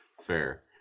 Fair